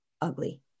ugly